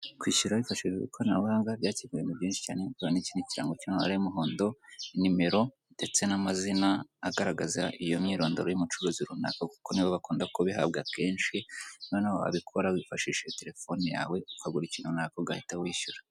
umu mama wambaye igitambaro kiri mu bwoko bw'igitenge, gifite amabara y'ubururu ndetse n'icyatsi n'umutuku n'umupira w'amaboko maremare, ufite ibara ry'umweru urimo utuntu dufite ibara ry'igitaka, n'akitero mu mutwe gafite ibara ry'umweru hariho ibitunguru biribwa bigiye bitandukanye bifite ibara ry'umutuku ndetse n'icyatsi.